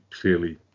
clearly